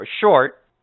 short